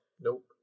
nope